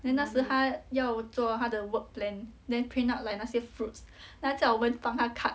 then 她那时要做她的 work plan then print out like 那些 fruits then 她叫我们帮她 cut